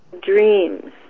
dreams